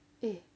eh